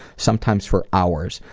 sometimes for hours.